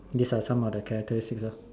this are some of the characteristics ah